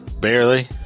barely